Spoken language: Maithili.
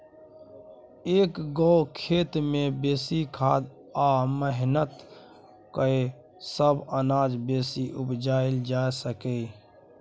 एक्क गो खेत मे बेसी खाद आ मेहनत कए कय अनाज बेसी उपजाएल जा सकैए